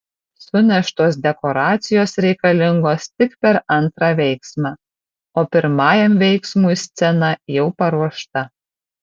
suneštos dekoracijos reikalingos tik per antrą veiksmą o pirmajam veiksmui scena jau paruošta